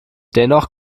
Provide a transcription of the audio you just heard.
dennoch